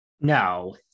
No